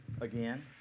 again